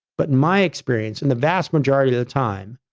but my experience and the vast majority of the time,